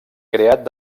creat